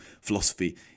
philosophy